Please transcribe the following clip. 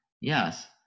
Yes